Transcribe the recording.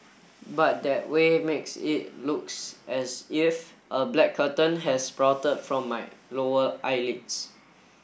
but that way makes it looks as if a black curtain has sprouted from my lower eyelids